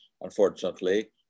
Unfortunately